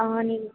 ಆಂ ನೀವು